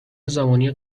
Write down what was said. زمانی